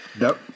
Nope